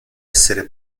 essere